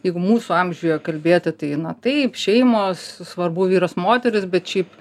jeigu mūsų amžiuje kalbėti tai na taip šeimos svarbu vyras moteris bet šiaip